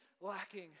lacking